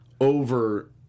over